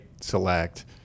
select